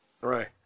Right